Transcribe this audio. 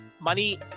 money